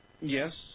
Yes